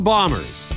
Bombers